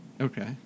Okay